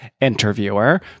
interviewer